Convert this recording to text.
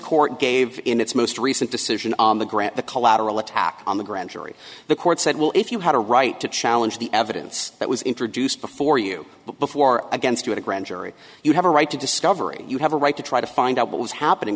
court gave in its most recent decision on the grant the collateral attack on the grand jury the court said well if you had a right to challenge the evidence that was introduced before you but before against to a grand jury you have a right to discovery you have a right to try to find out what was happening